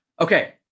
Okay